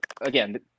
again